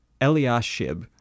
Eliashib